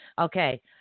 Okay